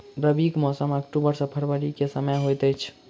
रबीक मौसम अक्टूबर सँ फरबरी क समय होइत अछि